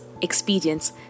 experience